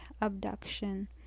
abduction